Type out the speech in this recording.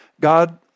God